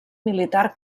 militar